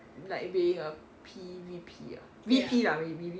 like being a P V_P ah V_P lah maybe V_P